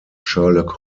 sherlock